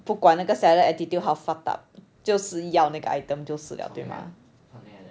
不管那个 seller attitude 好 fucked up 就是要那 items 就是了对吗